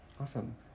Awesome